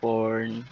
Porn